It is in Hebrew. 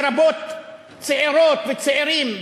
לרבות צעירות וצעירים,